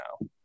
now